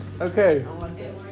Okay